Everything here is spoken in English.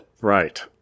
Right